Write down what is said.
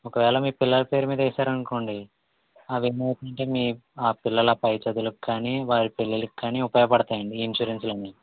ఒకవేళ మీ పిల్లల పేరు మీద వేసారనుకోండి అదేమో అంటే మీ ఆ పిల్లల పై చదువులకి కానీ వారి పిల్లలకి కానీ ఉపయోగపడతాయి అండి ఈ ఇన్సూరెన్స్లన్నీ